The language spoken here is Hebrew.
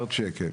קופה.